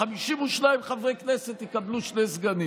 ו-52 חברי כנסת יקבלו שני סגנים.